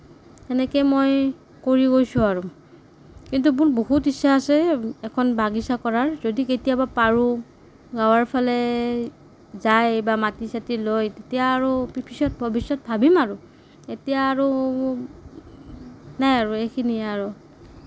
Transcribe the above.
তেনেকেই মই কৰি গৈছোঁ আৰু কিন্তু মোৰ বহুত ইচ্ছা আছে এখন বাগিছা কৰাৰ যদি কেতিয়াবা পাৰোঁ গাঁৱৰ ফালে যায় বা মাটি চাটি লৈ তেতিয়া আৰু পিছত ভৱিষ্যত ভাবিম আৰু এতিয়া আৰু নাই আৰু এইখিনিয়েই আৰু